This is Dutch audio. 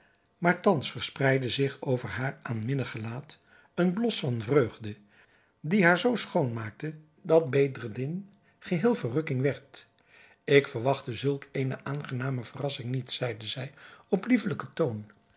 maar thans verspreidde zich over haar aanminnig gelaat een blos van vreugde die haar zoo schoon maakte dat bedreddin geheel verrukking werd ik verwachtte zulk eene aangename verrassing niet zeide zij op liefelijken toon